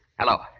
Hello